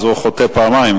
אז הוא חוטא פעמיים,